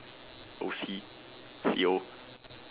O_C C_O